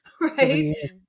right